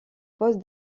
poste